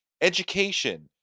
education